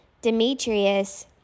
Demetrius